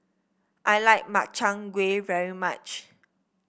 I like Makchang Gui very much